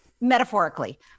Metaphorically